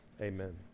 Amen